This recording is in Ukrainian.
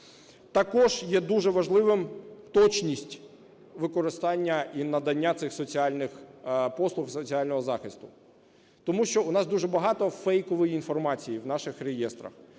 Також є дуже важливою точність використання і надання цих соціальних послуг, соціального захисту, тому що у нас дуже багато фейкової інформації в наших реєстрах.